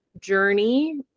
journey